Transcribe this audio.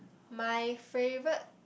my favourite